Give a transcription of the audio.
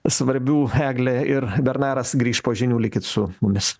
svarbių eglė ir bernaras grįš po žinių likit su mumis